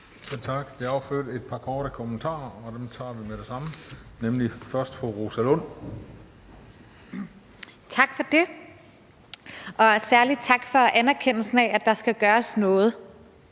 Tak for det, og særlig tak for anerkendelsen af, at der skal gøres noget.